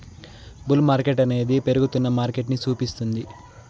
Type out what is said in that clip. bull మార్కెట్టనేది పెరుగుతున్న మార్కెటని సూపిస్తుంది